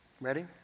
Ready